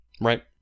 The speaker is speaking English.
Right